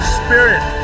spirit